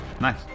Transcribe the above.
Nice